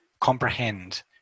comprehend